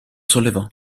sollevò